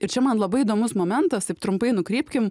ir čia man labai įdomus momentas taip trumpai nukrypkim